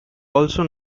also